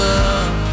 love